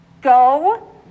Go